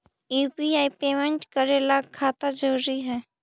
UPI payment करे ला खाता जरूरी है?